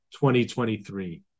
2023